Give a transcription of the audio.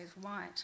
white